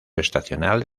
estacional